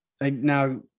Now